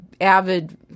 avid